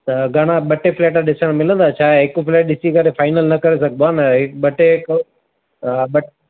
हा घणा ॿ टे फ्लैट ॾिसणु मिलंदा छा आहे हिकु फ्लैट ॾिसी करे फाइनल न करे सघिबा न हिकु ॿ टे हिकु ॿ